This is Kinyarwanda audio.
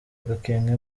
gakenke